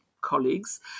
colleagues